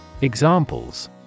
Examples